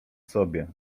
sobie